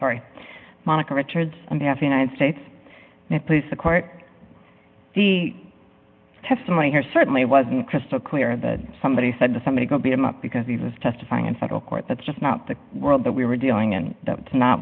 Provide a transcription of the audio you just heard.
sorry monica richards of the of the united states please the court the testimony here certainly was crystal clear that somebody said to somebody go beat him up because he was testifying in federal court that's just not the world that we were dealing and that's not